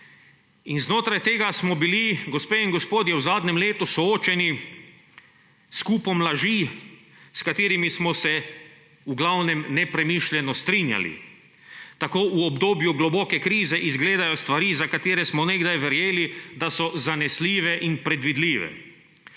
Znotraj tega smo bili, gospe in gospodje, v zadnjem letu soočeni s kupom laži, s katerimi smo se v glavnem nepremišljeno strinjali. Tako v obdobju globoke krize izgledajo stvari, za katere smo nekdaj verjeli, da so zanesljive in predvidljive.